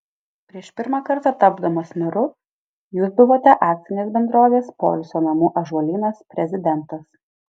prieš pirmą kartą tapdamas meru jūs buvote akcinės bendrovės poilsio namų ąžuolynas prezidentas